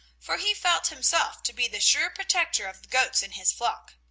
for he felt himself to be the sure protector of the goats in his flock.